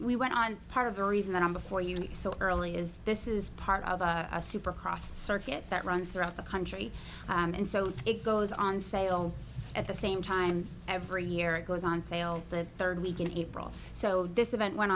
we went on part of the reason that i'm before you so early is this is part of a supercross circuit that runs throughout the country and so it goes on sale at the same time every year it goes on sale the third week in april so this event went